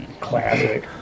classic